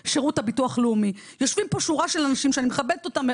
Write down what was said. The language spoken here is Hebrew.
שאני כאן בשם הילדים הנכים,